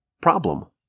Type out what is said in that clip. problem